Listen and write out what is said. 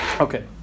Okay